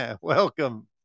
welcome